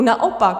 Naopak.